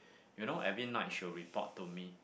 you know every night she will report to me